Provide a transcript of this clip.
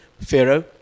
Pharaoh